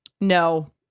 No